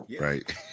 right